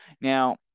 Now